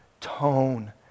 tone